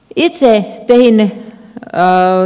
itse pelimme ja päälle